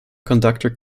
conductor